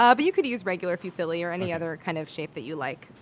ah but you can use regular fusilli or any other kind of shape that you like.